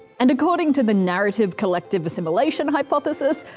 and according to the narrative collective-assimilation hypothesis,